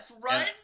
run